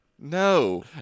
No